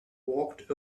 walked